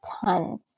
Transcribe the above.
ton